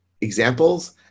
examples